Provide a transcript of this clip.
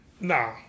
Nah